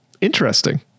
Interesting